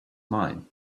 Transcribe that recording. mine